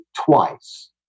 twice